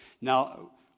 Now